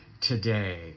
today